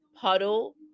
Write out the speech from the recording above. puddle